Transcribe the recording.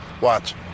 Watch